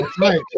right